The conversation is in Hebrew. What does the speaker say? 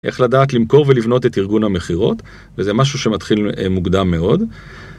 איך לדעת למכור ולבנות את ארגון המכירות, וזה משהו שמתחיל מוקדם מאוד.